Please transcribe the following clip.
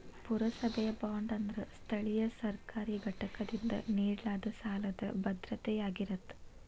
ಪುರಸಭೆಯ ಬಾಂಡ್ ಅಂದ್ರ ಸ್ಥಳೇಯ ಸರ್ಕಾರಿ ಘಟಕದಿಂದ ನೇಡಲಾದ ಸಾಲದ್ ಭದ್ರತೆಯಾಗಿರತ್ತ